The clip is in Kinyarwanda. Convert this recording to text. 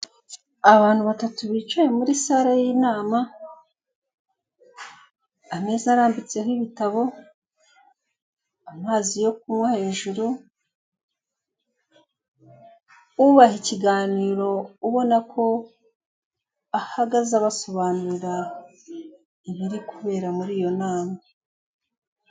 Abantu batatu bicaye muri sale y'inama, ameza arambitseho ibitabo, amazi yo kunywa hejuru, ubaha ikiganiro ubona ko ahagaze basobanura ibiri kubera muri iyo nama.